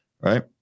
Right